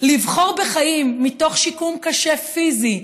לבחור בחיים מתוך שיקום פיזי קשה,